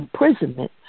imprisonment